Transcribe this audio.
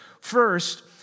First